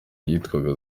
yitwaga